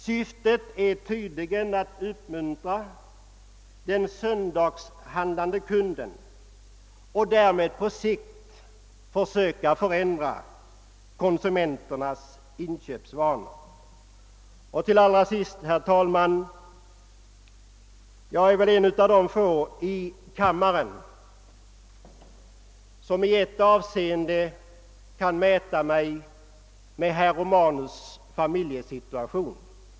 Syftet är tydligen att uppmuntra den söndagshandlande kunden och därmed på sikt försöka förändra konsumenternas inköpsvanor. Till allra sist vill jag säga, herr talman, att jag väl är en av de få i kammaren som kan mäta mig med herr Romanus vad beträffar familjesituationen.